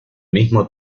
mismo